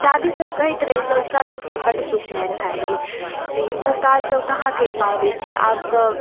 दादी सब कहैत रहै छै अजुका लोक सब बड़ सुकुमार भए गेलै लेकिन ओ काज सब कहाँ करि पाबै छै आब तऽ